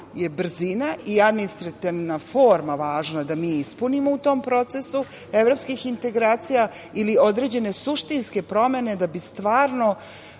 je brzina i administrativna forma važna da mi ispunimo u tom procesu evropskih integracija ili određene suštinske promene da bi stvarno